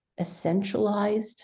essentialized